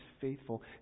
faithful